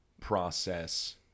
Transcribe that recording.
process